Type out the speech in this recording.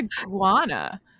iguana